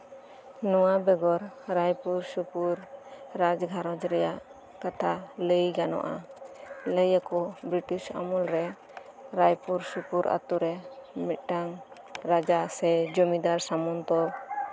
ᱱᱚᱶᱟ ᱵᱮᱜᱚᱨ ᱨᱟᱭᱯᱩᱨ ᱥᱳᱯᱳᱨ ᱨᱟᱡᱽ ᱜᱷᱟᱨᱽ ᱨᱮᱭᱟᱜ ᱠᱟᱛᱷᱟ ᱞᱟᱹᱭ ᱜᱟᱱᱚᱜᱼᱟ ᱞᱟᱭᱟᱠᱚ ᱵᱨᱤᱴᱤᱥ ᱟᱢᱚᱞ ᱨᱮ ᱨᱟᱭᱯᱩᱨ ᱥᱳᱯᱳᱨ ᱟᱛᱳ ᱨᱮ ᱢᱤᱫᱴᱟᱱ ᱨᱟᱡᱟ ᱥᱮ ᱡᱚᱢᱤᱫᱟᱨ ᱥᱟᱢᱚᱱᱛᱚ